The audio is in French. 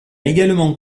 également